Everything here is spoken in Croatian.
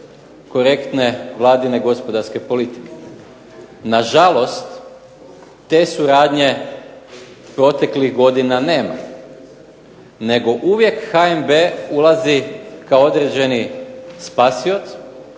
korektne Vladine gospodarske politike. Na žalost te su radnje proteklih godina nema, nego uvijek HNB ulazi kao određeni spasioc